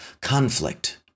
conflict